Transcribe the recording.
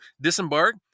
disembark